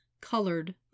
COLORED